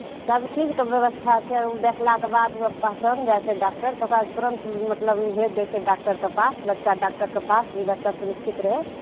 सब चीजके व्यवस्था छै आ ओ देखलाक बाद ओ पहचान जाइ छै डाक्टर तऽ ओकरा तुरंत मतलब भेज दै छै डाक्टरके पास बच्चा डाक्टरके पास जे बच्चा सुरुछित रहै